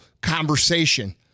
conversation